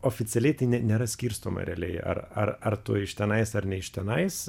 oficialiai tai ne nėra skirstoma realiai ar ar ar tu iš tenais ar ne iš tenais